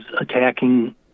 attacking